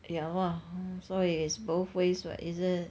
yeah lah so it is both ways [what] isn't it